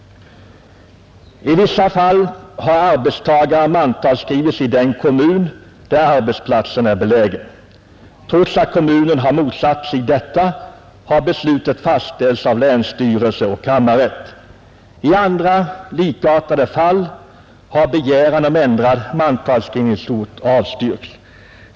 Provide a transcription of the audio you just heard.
I vissa fall har arbetstagaren mantalsskrivits i den kommun där arbetsplatsen är belägen. Trots att kommunen har motsatt sig detta har beslutet fastställts av länsstyrelse och kammarrätt. I andra, likartade fall, har begäran om ändrad mantalsskrivningsort avstyrkts.